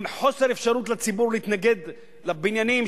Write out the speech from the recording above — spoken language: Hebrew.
עם חוסר אפשרות לציבור להתנגד לבניינים